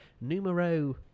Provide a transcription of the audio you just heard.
numero